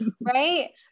right